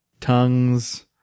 Tongues